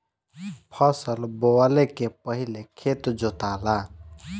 फसल बोवले के पहिले खेत जोताला